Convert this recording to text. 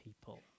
people